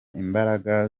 imbaraga